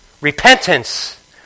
Repentance